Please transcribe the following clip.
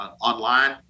online